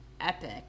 epic